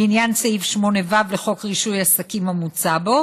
לעניין סעיף 8(ו) לחוק רישוי עסקים המוצע בו